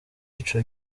ico